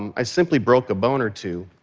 um i simply broke a bone or two.